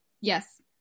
yes